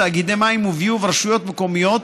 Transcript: תאגידי מים וביוב ורשויות מקומיות,